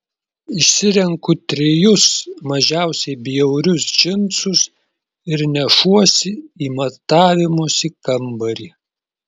išsirenku trejus mažiausiai bjaurius džinsus ir nešuosi į matavimosi kambarį